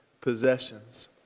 possessions